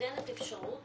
נותנת אפשרות